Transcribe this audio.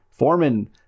Foreman